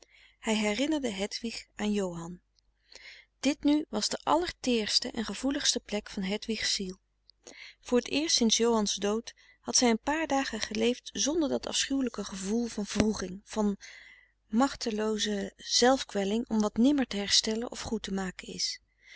hij herinnerde hedwig aan johan dit nu was de allerteerste en gevoeligste plek van hedwigs ziel voor t eerst sints johans dood had zij een paar dagen geleefd zonder dat afschuwelijke gevoel van wroeging van machtelooze frederik van eeden van de koele meren des doods zelfkwelling om wat nimmer te herstellen of goed te maken is